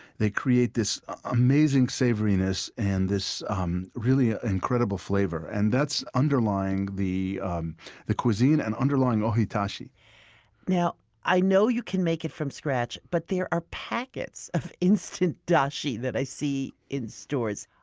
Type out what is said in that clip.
they create this amazing savoriness and this um really ah incredible flavor. and that's underlying the um the cuisine and underlying ohitashi i know you can make it from scratch, but there are packets of instant dashi that i see in stores.